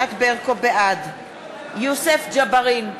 בעד יוסף ג'בארין,